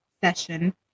session